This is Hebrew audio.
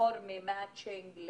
רוב הנהגים בחברת קווים הם צפוניים